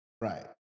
Right